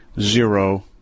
zero